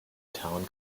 town